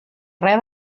res